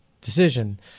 decision